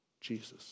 Jesus